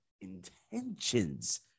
intentions